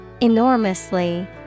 Enormously